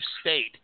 state